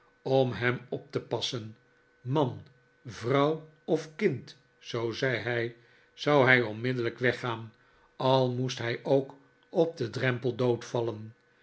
om hem op te passen man vrouw of kind zoo zei hij zou hij onmiddellijk weggaan al moest hij ook op den drempel